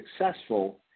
successful